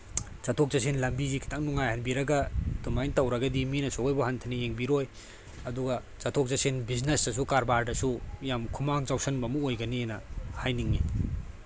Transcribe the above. ꯆꯠꯊꯣꯛ ꯆꯠꯁꯤꯟꯁꯤ ꯈꯤꯇꯪ ꯅꯨꯉꯥꯏꯍꯟꯕꯤꯔꯒ ꯑꯗꯨꯃꯥꯏꯅ ꯇꯧꯔꯒꯗꯤ ꯃꯤꯅꯁꯨ ꯑꯩꯈꯣꯏꯕꯨ ꯍꯟꯊꯅ ꯌꯦꯡꯕꯤꯔꯣꯏ ꯑꯗꯨꯒ ꯆꯠꯊꯣꯛ ꯆꯠꯁꯤꯟ ꯕꯤꯖꯤꯅꯦꯁꯇꯁꯨ ꯀꯥꯔꯕꯥꯔꯗꯁꯨ ꯌꯥꯝ ꯈꯨꯃꯥꯡ ꯆꯥꯎꯁꯤꯟꯕ ꯑꯃ ꯑꯣꯏꯒꯅꯤꯅ ꯍꯥꯏꯅꯤꯡꯏ